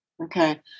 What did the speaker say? Okay